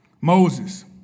Moses